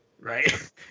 right